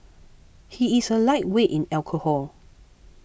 he is a lightweight in alcohol